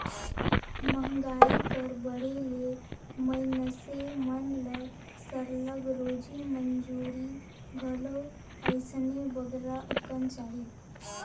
मंहगाई कर बढ़े ले मइनसे मन ल सरलग रोजी मंजूरी घलो अइसने बगरा अकन चाही